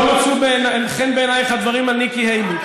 לא מצאו חן בעינייך הדברים על ניקי היילי,